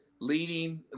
leading